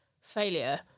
failure